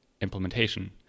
implementation